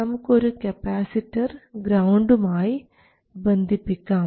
നമുക്ക് ഒരു കപ്പാസിറ്റർ ഗ്രൌണ്ടും ആയി ബന്ധിപ്പിക്കാം